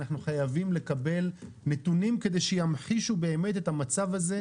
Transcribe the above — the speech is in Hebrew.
אנחנו חייבים לקבל נתונים כדי שימחישו באמת את המצב הזה,